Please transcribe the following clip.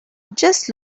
just